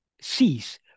cease